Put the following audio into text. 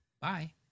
Bye